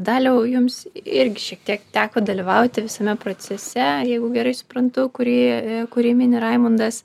daliau jums irgi šiek tiek teko dalyvauti visame procese jeigu gerai suprantu kurį kurį mini raimundas